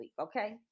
Okay